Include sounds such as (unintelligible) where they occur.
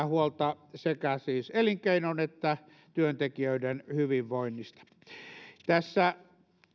(unintelligible) huolta siis sekä elinkeinon että työntekijöiden hyvinvoinnista tässä